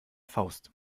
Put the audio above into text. faust